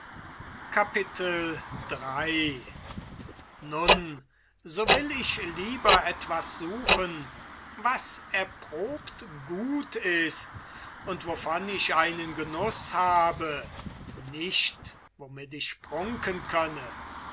nun so will ich lieber etwas suchen was erprobt gut ist und wovon ich einen genuß habe nicht womit ich prunken könne